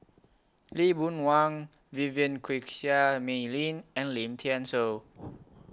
Lee Boon Wang Vivien Quahe Seah Mei Lin and Lim Thean Soo